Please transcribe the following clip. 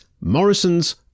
Morrison's